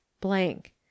blank